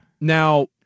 Now